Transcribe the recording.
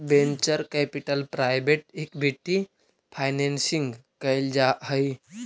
venture capital private equity financing कैल जा हई